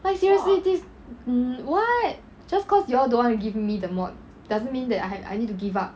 like seriously this mm [what] just cause you all don't want to give me the mod doesn't mean that I I need to give up